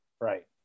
Right